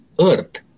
earth